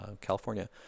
California